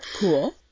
cool